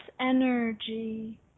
energy